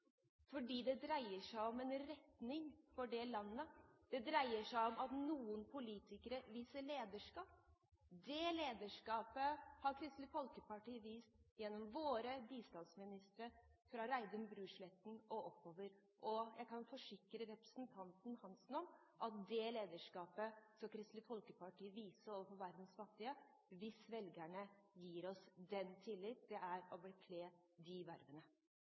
Det dreier seg om en retning for det landet, det dreier seg om at noen politikere viser lederskap. Det lederskapet har Kristelig Folkeparti vist gjennom våre bistandsministre, fra Reidun Brusletten og oppover. Jeg kan forsikre representanten Hansen om at det lederskapet skal Kristelig Folkeparti vise overfor verdens fattige hvis velgerne gir oss den tillit det er å bekle de vervene.